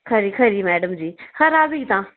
खरी खरी मैडम जी खरा भी तां